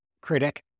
critic